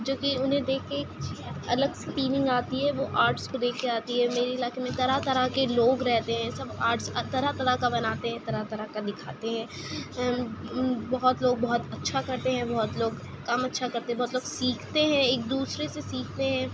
جو کہ انہیں دیکھ کے ایک الگ سی فیلنگ آتی ہے وہ آرٹس کو دیکھ کے آتی ہے میری علاقے میں طرح طرح کے لوگ رہتے ہیں سب آرٹس طرح طرح کا بناتے ہیں طرح طرح کا دکھاتے ہیں بہت لوگ بہت اچّھا کرتے ہیں بہت لوگ کم اچّھا کرتے ہیں بہت لوگ سیکھتے ہیں ایک دوسرے سے سیکھتے ہیں